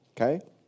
Okay